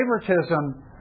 favoritism